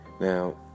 Now